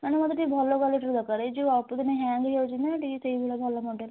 ମାନେ ମୋତେ ଟିକେ ଭଲ କ୍ଵାଲିଟିର ଦରକାର ଏ ଯେଉଁ ଅଳ୍ପଦିନେ ହ୍ୟାଙ୍ଗ୍ ହେଇଯାଉଛି ନା ଟିକେ ସେଇଭଳିଆ ଭଲ ମଡ଼େଲ୍